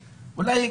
מספיק.